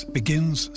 begins